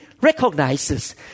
recognizes